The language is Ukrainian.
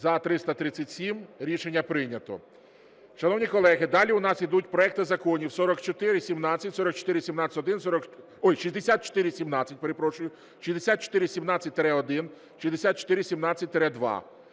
За – 337 Рішення прийнято. Шановні колеги, далі у нас ідуть проекти законів 4417, 4417-1,